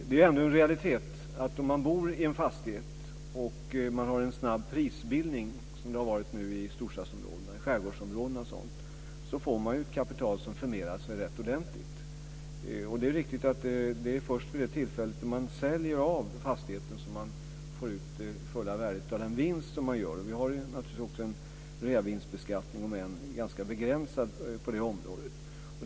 Det är ändå en realitet att om man bor i en fastighet och det har varit en snabb prisutveckling, som det nu har varit bl.a. i storstadsområdena och i skärgårdsområden, har man ett kapital som förmerar sig rätt ordentligt. Det är riktigt att det först är vid det tillfälle då man säljer av fastigheten som man får ut det fulla värdet av den vinst som man gör. Vi har också en reavinstbeskattning, om än ganska begränsad, på detta område.